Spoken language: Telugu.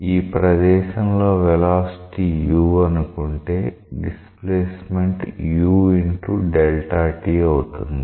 ఈ ప్రదేశంలో వెలాసిటీ u అనుకుంటే డిస్ప్లేస్మెంట్ u x t అవుతుంది